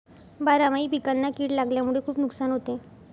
बारामाही पिकांना कीड लागल्यामुळे खुप नुकसान होते